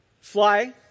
fly